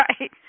right